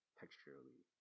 texturally